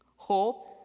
hope